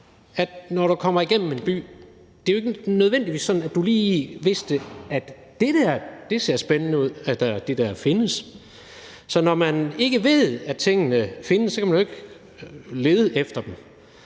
at når du kommer igennem en by, så er det jo ikke nødvendigvis sådan, at du lige ved, at noget findes, og at det kan være spændende. Så når man ikke ved, at tingene findes, kan man jo ikke lede efter dem,